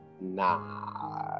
nah